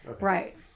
right